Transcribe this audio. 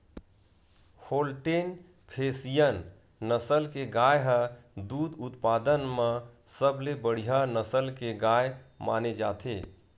Holstein Friesian नसल के गाय ह दूद उत्पादन म सबले बड़िहा नसल के गाय माने जाथे